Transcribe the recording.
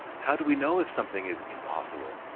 how do we know if something is impossible?